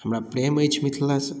हमरा प्रेम अछि मिथिलासँ